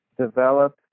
develop